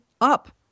up